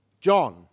John